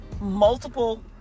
multiple